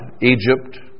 Egypt